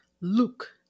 Luke